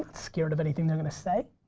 scared of anything they're gonna say.